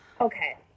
Okay